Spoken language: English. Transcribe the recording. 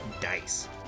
dice